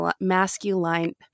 masculine